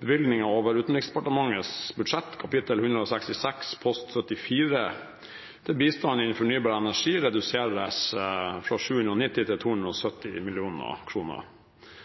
bevilgningen over Utenriksdepartementets budsjett, kap. 166 post 74, til bistand innen fornybar energi reduseres fra 790 mill. kr til 270